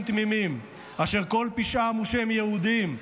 תמימים אשר כל פשעם הוא שהם יהודים,